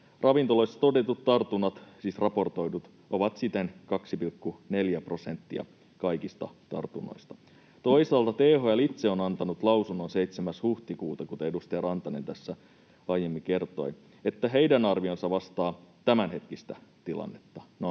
Ravintolassa todetut tartunnat, siis raportoidut, ovat siten 2,4 prosenttia kaikista tartunnoista. Toisaalta THL itse on antanut lausunnon 7. huhtikuuta, kuten edustaja Rantanen tässä aiemmin kertoi, että heidän arvionsa vastaa tämänhetkistä tilannetta.